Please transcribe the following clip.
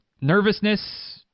nervousness